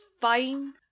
fine